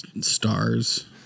stars